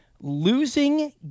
losing